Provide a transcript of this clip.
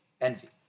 envy